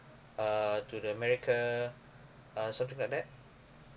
uh to the america uh something like that